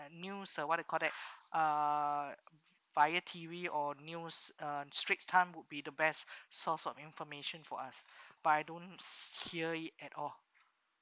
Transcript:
news uh what you call that uh via T_V or news uh straits time would be the best source of information for us but I don't hear it at all